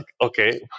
okay